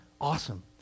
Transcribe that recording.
Awesome